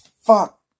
fuck